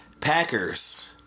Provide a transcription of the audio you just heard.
Packers